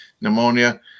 pneumonia